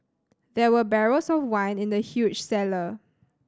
there were barrels of wine in the huge cellar